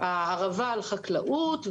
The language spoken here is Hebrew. הערבה על החקלאות,